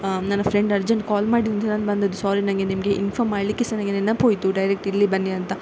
ನನ್ನ friend urgent call ಮಾಡಿದ್ದು ನಾನು ಬಂದದ್ದು ಸಾರಿ ನನಗೆ ನಿಮಗೆ ಇನ್ಫಾಮ್ ಮಾಡಲಿಕ್ಕೆ ಸಹ ನನಗೆ ನೆನಪೋಯ್ತು ಡೈರೆಕ್ಟ್ ಇಲ್ಲಿ ಬನ್ನಿ ಅಂತ